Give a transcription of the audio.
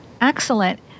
Excellent